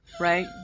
right